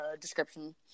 description